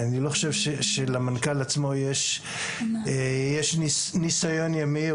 אני לא חושב שלמנכ"ל עצמו יש ניסיון ימי,